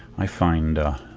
i find